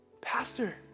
Pastor